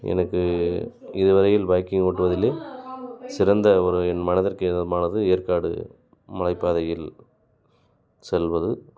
எனக்கு இதுவரையில் பைக்கிங் ஓட்டுவதிலும் சிறந்த ஒரு என் மனதிற்கு இதமானது ஏற்காடு மலைப் பாதையில் செல்வது